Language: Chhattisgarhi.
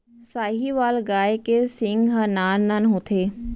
साहीवाल गाय के सींग ह नान नान होथे